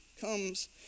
comes